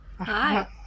hi